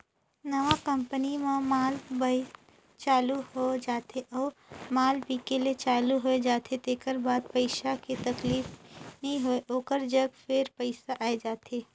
नवा कंपनी म माल बइन चालू हो जाथे अउ माल बिके ले चालू होए जाथे तेकर बाद पइसा के तकलीफ नी होय ओकर जग फेर पइसा आए जाथे